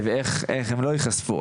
ואיך הם לא ייחשפו,